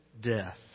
death